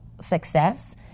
success